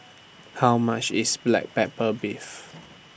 How much IS Black Pepper Beef